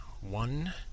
One